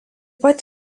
pat